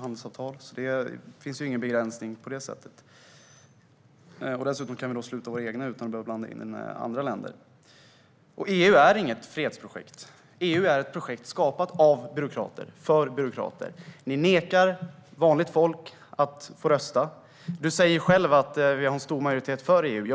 handelsavtal och annat. Det finns ingen begränsning på det sättet. Dessutom kan vi sluta egna avtal utan att behöva blanda in andra länder. EU är inget fredsprojekt. EU är ett projekt skapat av byråkrater för byråkrater. Ni nekar vanligt folk att få rösta, Margareta Cederfelt. Du sa själv att vi har en stor majoritet för EU.